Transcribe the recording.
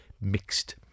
mixed